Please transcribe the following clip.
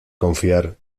confiar